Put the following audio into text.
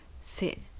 sit